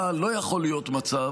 אבל לא יכול להיות מצב